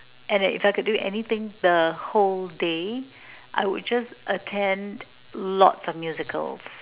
and if I could do anything the whole day I would just attend lots of musicals